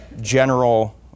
general